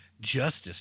justice